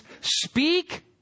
speak